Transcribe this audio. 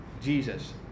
Jesus